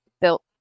built